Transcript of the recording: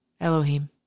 Elohim